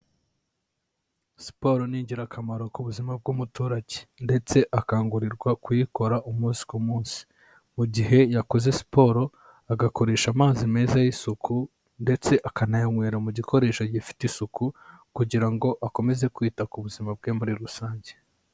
Siporo ni ingirakamaro ku buzima bw'umuturage, ndetse akangurirwa kuyikora umunsi ku munsi. Mu gihe yakoze siporo agakoresha amazi meza y'isuku ndetse akanayanywera mu gikoresho gifite isuku kugira ngo akomeze kwita ku buzima bwe muri rusange.